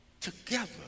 together